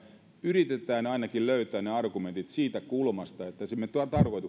yritetään ainakin löytää ne argumentit sellaisesta kulmasta että emme tarkoituksellisesti